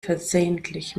versehentlich